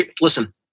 Listen